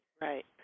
Right